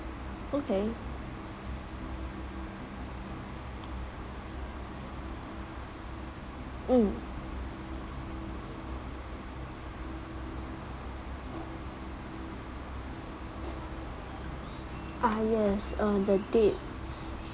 okay mm ah yes uh the dates